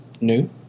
new